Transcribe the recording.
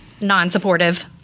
non-supportive